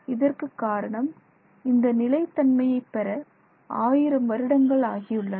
இதற்கு காரணம் இந்த நிலைத்தன்மையை பெற ஆயிரம் வருடங்கள் ஆகியுள்ளன